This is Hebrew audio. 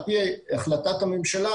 על פי החלטת הממשלה,